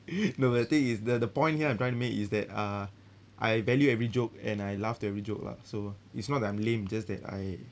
no the thing is the point here I'm trying to make is that uh I value every joke and I laugh to every joke lah so it's not that I'm lame just that I